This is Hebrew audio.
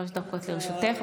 בבקשה, שלוש דקות לרשותך.